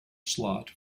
slot